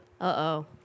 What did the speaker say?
Uh-oh